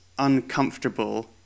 uncomfortable